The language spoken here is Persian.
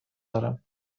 دارم